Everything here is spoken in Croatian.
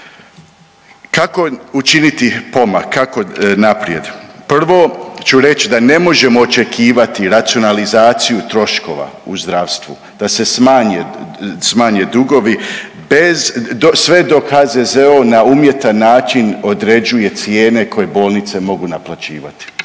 Kako učiniti pomak? Kako naprijed? Prvo ću reći da ne možemo očekivati racionalizaciju troškova u zdravstvu, da se smanje dugovi bez, sve dok HZZO na umjetan način određuje cijene koje bolnice mogu naplaćivati